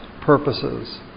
purposes